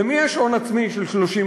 למי יש הון עצמי של 30%?